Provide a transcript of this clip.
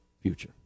future